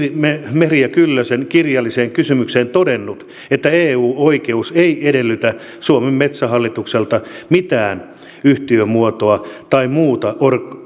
merja kyllösen kirjalliseen kysymykseen todennut että eu oikeus ei edellytä suomen metsähallitukselta mitään yhtiömuotoa tai muuta